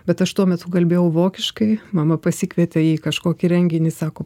bet aš tuo metu kalbėjau vokiškai mama pasikvietė į kažkokį renginį sako